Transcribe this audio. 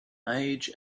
age